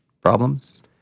problems